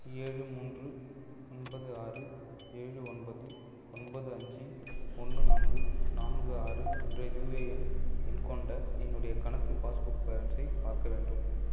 ஏழு மூன்று ஒன்பது ஆறு ஏழு ஒன்பது ஒன்பது அஞ்சு ஒன்று நான்கு நான்கு ஆறு என்ற யூஏஎன் எண் கொண்ட என்னுடைய கணக்கு பாஸ் புக் பேலன்ஸை பார்க்க வேண்டும்